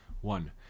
One